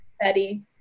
Betty